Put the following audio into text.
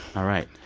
all right.